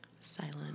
Silent